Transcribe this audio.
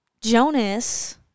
Jonas